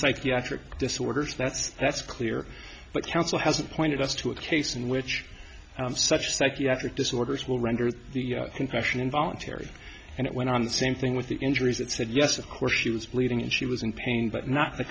psychiatric disorders that's that's clear but counsel hasn't pointed us to a case in which such psychiatric disorders will render the confession involuntary and it went on the same thing with the injuries that said yes of course she was bleeding and she was in pain but not the